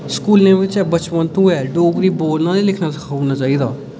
स्कूलें बिच्च बचपन तू गै डोगरी बोलना ते लिखना सखाई ओड़ना चाहिदा